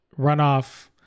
runoff